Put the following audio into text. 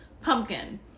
pumpkin